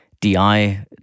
DI